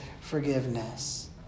forgiveness